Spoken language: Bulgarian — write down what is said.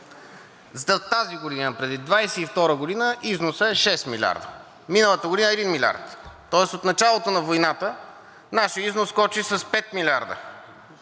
За тази година имам предвид, 2022 г., износът е 6 милиарда, миналата година – 1 милиард. Тоест от началото на войната нашият износ скочи с 5 милиарда